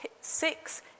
six